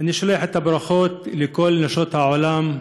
אני שולח את הברכות לכל נשות העולם,